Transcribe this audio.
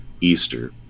Easter